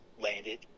landed